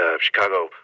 Chicago